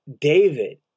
David